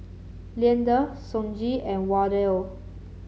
Leander Sonji and Wardell